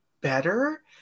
better